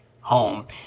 home